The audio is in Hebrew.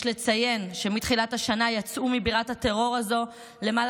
יש לציין שמתחילת השנה יצאו מבירת הטרור הזאת למעלה